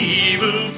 evil